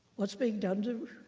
what's being done to